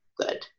good